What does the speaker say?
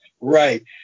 right